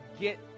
get